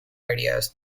ideas